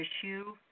issue